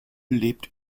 lebt